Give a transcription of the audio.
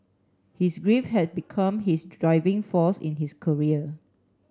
his grief had become his driving force in his career